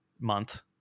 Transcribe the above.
month